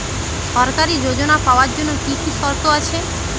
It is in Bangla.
সরকারী যোজনা পাওয়ার জন্য কি কি শর্ত আছে?